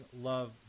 love